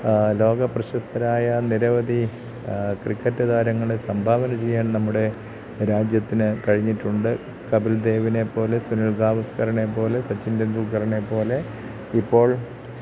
ലോകപ്രശസ്തരായ നിരവധി ക്രിക്കറ്റ് താരങ്ങളെ സംഭാവന ചെയ്യാൻ നമ്മുടെ രാജ്യത്തിന് കഴിഞ്ഞിട്ടുണ്ട് കപിൽ ദേവിനെ പോലെ സുനിൽ ഗവാസ്കറിനെ പോലെ സച്ചിൻ ടെണ്ടുൽക്കറിനെ പോലെ ഇപ്പോൾ